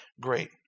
great